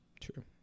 True